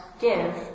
give